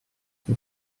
che